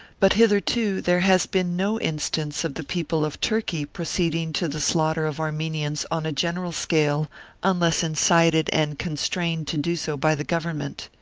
but hitherto there has been no instance of the people of turkey proceeding to the slaughter of armenians on a general scale unless incited and constrained to do so by the government.